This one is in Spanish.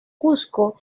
cusco